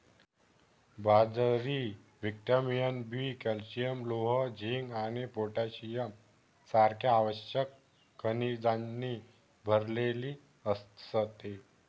बाजरी vitamin B, calcium, लोह, zinc आणि पोटॅशियम सारख्या आवश्यक खनिजांनी भरलेली असते